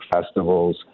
festivals